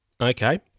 okay